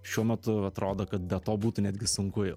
šiuo metu atrodo kad be to būtų netgi sunku jau